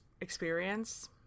experience